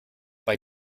bei